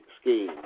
scheme